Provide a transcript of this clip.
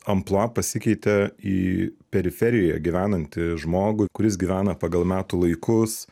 amplua pasikeitė į periferiją gyvenantį žmogų kuris gyvena pagal metų laikus